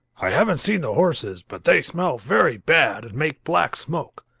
i haven't seen the horses, but they smell very bad and make black smoke.